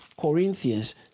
Corinthians